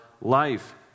life